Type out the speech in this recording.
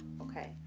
okay